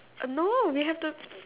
uh no we have the